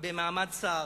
במעמד שר,